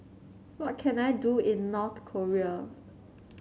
what can I do in North Korea